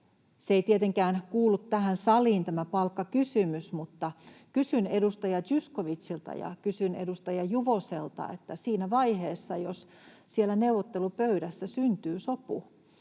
ei tietenkään kuulu tähän saliin, mutta kysyn edustaja Zyskowiczilta ja kysyn edustaja Juvoselta: siinä vaiheessa, jos siellä neuvottelupöydässä syntyy sopu